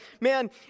man